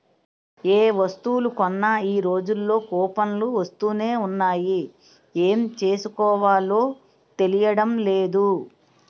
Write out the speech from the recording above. ఏ వస్తువులు కొన్నా ఈ రోజుల్లో కూపన్లు వస్తునే ఉన్నాయి ఏం చేసుకోవాలో తెలియడం లేదు